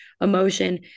emotion